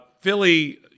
Philly